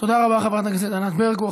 תודה רבה, חברת הכנסת ענת ברקו.